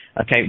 Okay